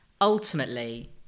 ultimately